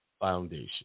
Foundation